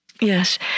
Yes